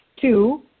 two